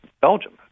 Belgium